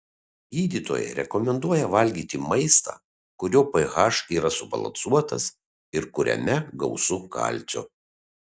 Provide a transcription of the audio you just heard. gydytojai rekomenduoja valgyti maistą kurio ph yra subalansuotas ir kuriame gausu kalcio